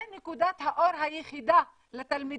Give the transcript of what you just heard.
זו נקודת האור היחידה לתלמידים